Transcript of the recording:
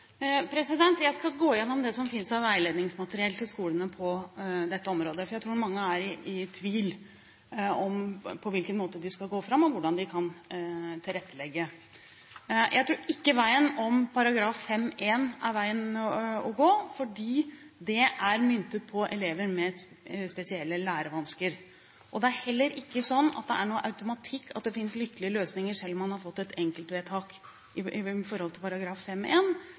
Jeg skal gå igjennom det som finnes av veiledningsmateriell til skolene på dette området, for jeg tror mange er i tvil om på hvilken måte de skal gå fram, og hvordan de kan tilrettelegge. Jeg tror ikke § 5-1 er veien å gå, for den er myntet på elever med spesielle lærevansker. Det er heller ikke sånn at det er noen automatikk i at det finnes lykkelige løsninger, selv om man har fått et enkeltvedtak etter § 5-1. Tvert imot er det mange av dem som har rett til